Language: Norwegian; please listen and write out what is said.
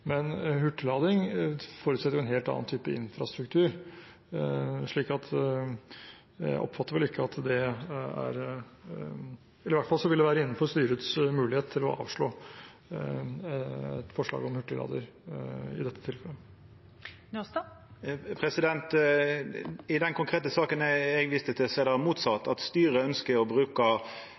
Men hurtiglading forutsetter en helt annen type infrastruktur, så styret vil ha mulighet til å avslå et forslag om det i dette tilfellet. I den konkrete saka eg viste til, er det motsett: Styret ønskjer å bruka